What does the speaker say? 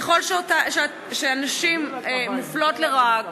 ככל שהנשים מופלות לרעה,